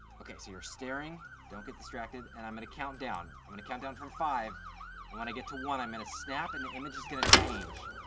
okay, so you're staring, don't get distracted and i'm gonna to count down. i'm gonna to count down from five and wanna get to one i'm in a snap and the image is gonna change,